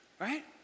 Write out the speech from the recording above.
Right